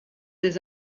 des